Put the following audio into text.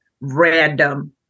random